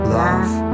love